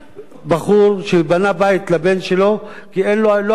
בחור שבנה בית לבן שלו כי לא היה לו חדר